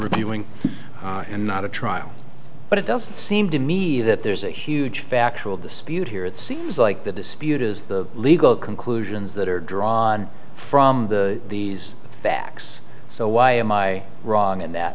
reviewing and not a trial but it doesn't seem to me that there's a huge factual dispute here it seems like the dispute is the legal conclusions that are drawn from the these facts so why am i wrong in that